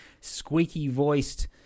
squeaky-voiced